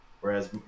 whereas